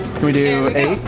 can we do eight?